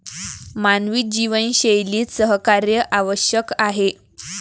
मानवी जीवनशैलीत सहकार्य आवश्यक आहे